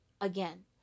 again